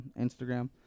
Instagram